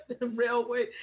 railway